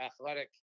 athletic